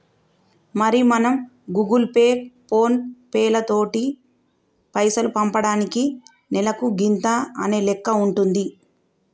మరి మనం Google Pay ఫోన్ పేలతోటి పైసలు పంపటానికి నెలకు గింత అనే లెక్క ఉంటుంది